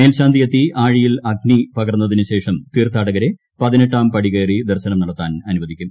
മേൽശാന്തി എത്തി ആഴിയിൽ അഗ്നി പകർന്നതിന് ശേഷം തീർത്ഥാടകരെ പതിനെട്ടാം പടി കയറി ദർശനം നടത്താൻ അനുവദിക്കും